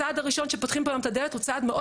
הצעד הראשון שפותחים פה את הדלת הוא צעד מאוד